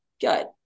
good